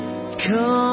Come